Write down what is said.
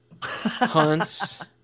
Hunts